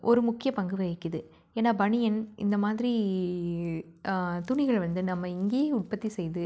ஒரு முக்கியப் பங்கு வகிக்கிறது ஏன்னா பனியன் இந்த மாதிரி துணிகளை வந்து நம்ம இங்கேயே உற்பத்தி செய்து